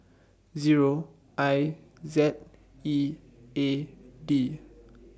Zero I Z E A D